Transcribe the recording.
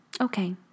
Okay